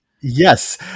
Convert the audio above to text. Yes